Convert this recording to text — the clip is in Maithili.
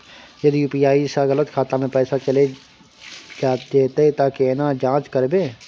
यदि यु.पी.आई स गलत खाता मे पैसा चैल जेतै त केना जाँच करबे?